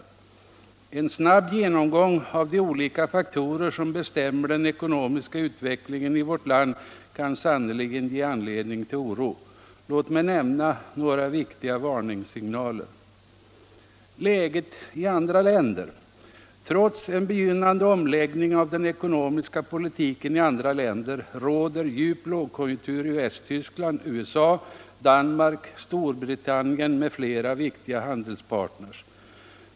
En snabb genomgång av de olika faktorer som bestämmer den ekonomiska utvecklingen i vårt land kan sannerligen ge anledning till oro. Låt mig nämna några viktiga varningssignaler. Läget i andra länder. Trots en begynnande omläggning av den ekonomiska politiken i andra länder råder djup lågkonjunktur i Västtyskland, USA, Danmark, Storbritannien m.fl. av våra viktiga handelspartner.